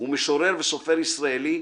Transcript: הוא משורר וסופר ישראלי,